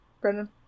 Brendan